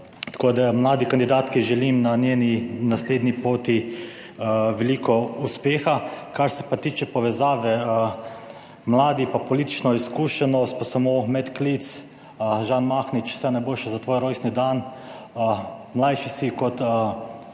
Tako da mladi kandidatki želim na njeni naslednji poti veliko uspeha. Kar se pa tiče povezave mladi pa politična izkušenost pa samo medklic. Žan Mahnič, vse najboljše za tvoj rojstni dan. Mlajši si kot